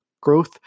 Growth